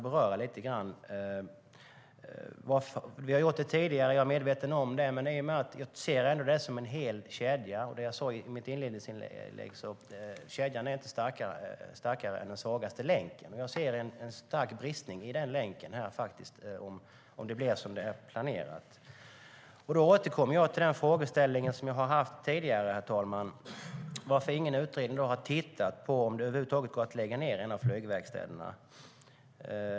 Jag är medveten om att vi har gjort det tidigare. Men jag ser ändå detta som en hel kedja, och som jag sade i mitt inledande inlägg är en kedja inte starkare än den svagaste länken. Och jag ser en stark bristning i denna länk om det blir som planerat. Jag återkommer till den frågeställning som jag har haft tidigare, herr talman: Varför har ingen utredning tittat på om det över huvud taget går att lägga ned en av flygverkstäderna?